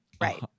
right